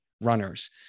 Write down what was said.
Runners